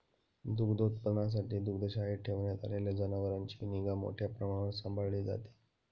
दुग्धोत्पादनासाठी दुग्धशाळेत ठेवण्यात आलेल्या जनावरांची निगा मोठ्या प्रमाणावर सांभाळली जाते